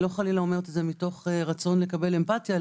חלילה מרצון לקבל אמפתיה,